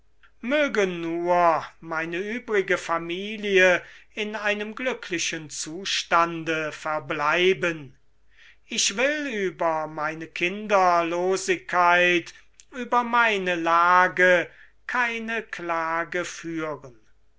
nur meine übrige familie in einem glücklichen zustande verbleiben ich will über meine kinderlosigkeit über meine lage keine klage führen